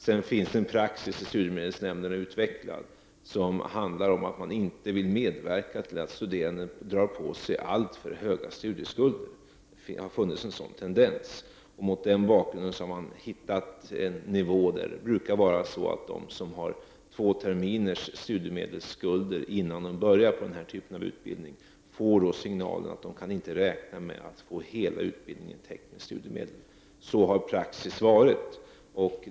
Det finns en praxis utvecklad i studiemedelsnämnden som handlar om att man inte vill medverka till att studerande drar på sig alltför höga studieskulder. Det har funnits en sådan tendens. Mot den bakgrunden har man hittat en nivå som innebär att de som har två terminers studiemedelsskulder innan de börjar denna typ av utbildning får signaler om att de inte kan räkna med att få hela utbildningen täckt av studiemedel. Så har praxis varit.